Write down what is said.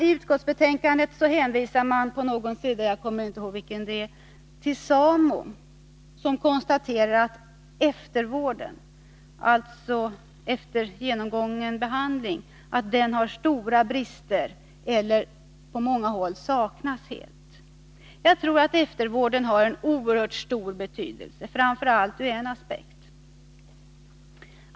I utskottsbetänkandet hänvisas till SAMO, som konstaterar att eftervården, alltså efter genomgången behandling, har stora brister eller saknas helt. Jag tror att eftervården har en oerhört stor betydelse, framför allt ur en aspekt.